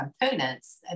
components